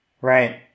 Right